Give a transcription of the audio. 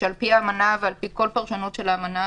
שעל-פי האמנה ועל-פי כל פרשנות של האמנה